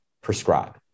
prescribe